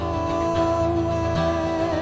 away